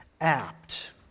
apt